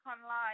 online